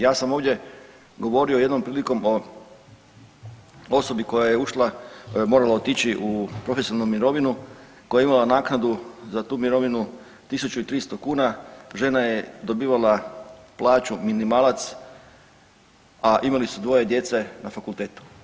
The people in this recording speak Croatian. Ja sam ovdje govorio jednom prilikom o osobi koja je ušla, morala otići u profesionalnu mirovinu, koja je imala naknadu za tu mirovinu 1.300 kuna, žena je dobivala plaću minimalac, a imali su dvoje djece na fakultetu.